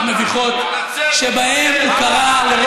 כשאתה עומד פה ונואם,